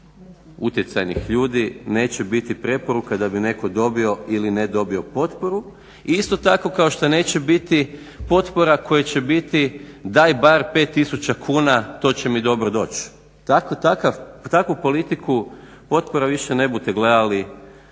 raznih utjecajnih ljudi. Neće biti preporuka da bi netko dobio ili ne dobio potporu isto tako kao što neće biti potpora koje će biti daj bar pet tisuća kuna to će mi dobro doć. Takvu politiku potpora više ne budete gledali